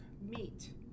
meat